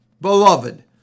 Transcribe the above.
beloved